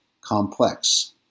complex